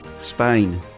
Spain